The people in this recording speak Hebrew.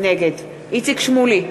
נגד איציק שמולי,